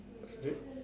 strip